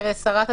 שרת התיירות,